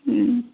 ହୁଁ